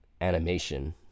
animation